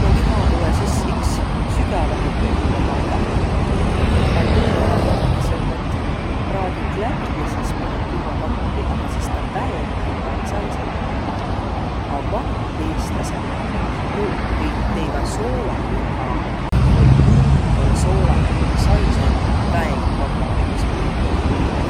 No liha tulõ sis iks sügävähe külmä pandaq. Vai tõõnõ variants om, et praadit läbi ja sis panõt külmäkappi, aga sis ta väega kavva ei saisaq. A vanaq eestläseq, nuuq viil teiväq soolalihha. Tuu oll' umbõlõ soolanõ, a saisõ väega kavva, iks mitmit kuid.